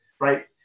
right